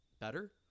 better